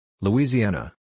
Louisiana